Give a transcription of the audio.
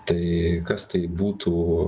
tai kas tai būtų